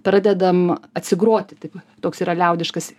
pradedam atsigroti taip toks yra liaudiškas